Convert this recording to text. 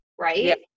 right